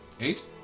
Eight